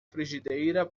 frigideira